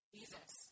Jesus